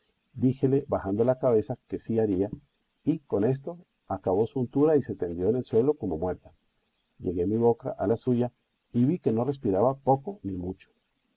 díjele bajando la cabeza que sí haría y con esto acabó su untura y se tendió en el suelo como muerta llegué mi boca a la suya y vi que no respiraba poco ni mucho